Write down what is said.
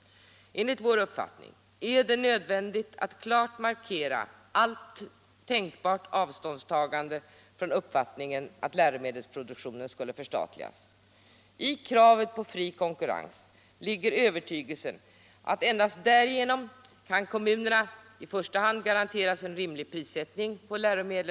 Enligt vår uppfattning är det nödvändigt att klart markera allt tänkbart avståndstagande från uppfattningen att läromedelsproduktionen skall förstatligas. I kravet på fri konkurrens ligger övertygelsen att kommunerna endast därigenom kan garanteras en rimlig prissättning på läromedel.